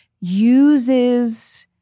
uses